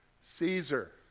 Caesar